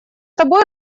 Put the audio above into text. тобой